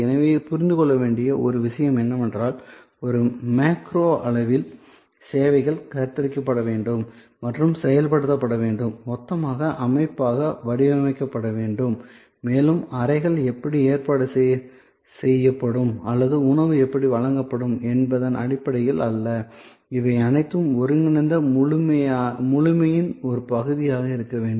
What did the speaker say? இங்கே புரிந்து கொள்ள வேண்டிய ஒரு விஷயம் என்னவென்றால் ஒரு மேக்ரோ அளவில் சேவைகள் கருத்தரிக்கப்பட வேண்டும் மற்றும் செயல்படுத்தப்பட வேண்டும் மொத்த அமைப்பாக வடிவமைக்கப்பட வேண்டும் மேலும் அறைகள் எப்படி ஏற்பாடு செய்யப்படும் அல்லது உணவு எப்படி வழங்கப்படும் என்பதன் அடிப்படையில் அல்ல இவை அனைத்தும் ஒருங்கிணைந்த முழுமையின் ஒரு பகுதியாக இருக்க வேண்டும்